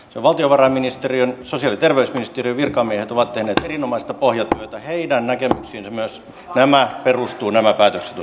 valtiovarainministeriön ja sosiaali ja terveysministeriön virkamiehet ovat tehneet erinomaista pohjatyötä heidän näkemyksiinsä myös nämä